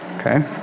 Okay